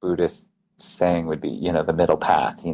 buddhist saying would be you know the middle path.